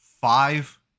Five